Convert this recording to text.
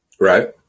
right